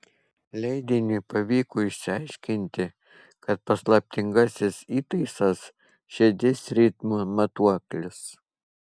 leidiniui pavyko išsiaiškinti kad paslaptingasis įtaisas širdies ritmo matuoklis